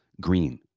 green